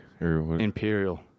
Imperial